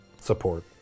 support